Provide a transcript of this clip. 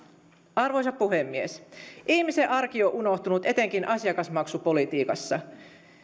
arvoisa puhemies ihmisen arki on unohtunut etenkin asiakasmaksupolitiikassa